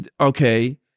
okay